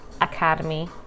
Academy